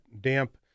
damp